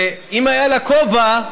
אם היה לה כובע,